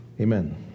Amen